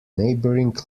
neighboring